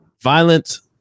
violence